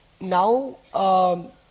now